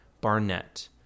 Barnett